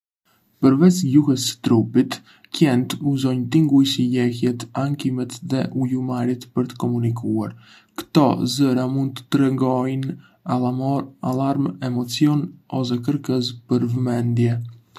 Përveç gjuhës së trupit, qentë uzonj tinguj si lehjet, ankimet dhe ulurimat për të komunikuar. Ktò zëra mund të tregojnë alarm, emocion, ose kërkesë për vëmendje.